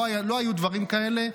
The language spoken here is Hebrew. לא היו דברים כאלה.